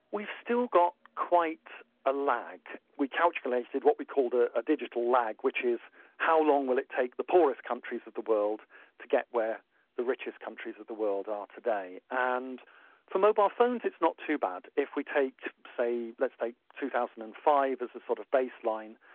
we've still got quite a lag. we calculated what we called ah a digital lag which is how long will it take the poorest countries of the world to get where the richest countries of the world are today? and for mobile phones it's not too bad. if we take say, let's say two thousand and five as a sort of baseline,